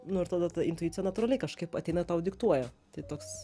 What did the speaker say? nu ir tada ta intuicija natūraliai kažkaip ateina tau diktuoja tai toks